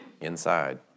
inside